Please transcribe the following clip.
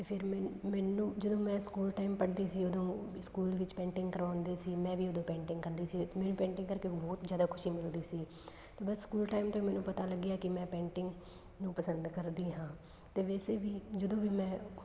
ਫਿਰ ਮ ਮੈਨੂੰ ਜਦੋਂ ਮੈਂ ਸਕੂਲ ਟਾਈਮ ਪੜ੍ਹਦੀ ਸੀ ਉਦੋਂ ਸਕੂਲ ਵਿੱਚ ਪੇਂਟਿੰਗ ਕਰਵਾਉਂਦੇ ਸੀ ਮੈਂ ਵੀ ਉਦੋਂ ਪੇਂਟਿੰਗ ਕਰਦੀ ਸੀ ਮੈਨੂੰ ਪੇਂਟਿੰਗ ਕਰਕੇ ਬਹੁਤ ਜ਼ਿਆਦਾ ਖੁਸ਼ੀ ਮਿਲਦੀ ਸੀ ਅਤੇ ਬਸ ਸਕੂਲ ਟਾਈਮ 'ਤੇ ਮੈਨੂੰ ਪਤਾ ਲੱਗਿਆ ਕਿ ਮੈਂ ਪੇਂਟਿੰਗ ਨੂੰ ਪਸੰਦ ਕਰਦੀ ਹਾਂ ਅਤੇ ਵੈਸੇ ਵੀ ਜਦੋਂ ਵੀ ਮੈਂ